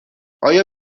آیا